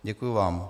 Děkuji vám.